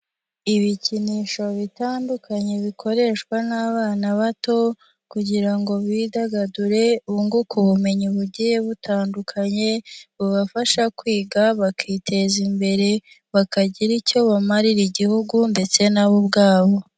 Ibikinisho bitandukanye bikoreshwa n'abana bato kugira ngo bidagadure, bunguke ubumenyi bugiye butandukanye, bubafasha kwiga bakiteza imbere, bakagira icyo bamarira igihugu ndetse nabo ubwabo.